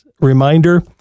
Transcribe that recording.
reminder